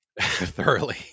Thoroughly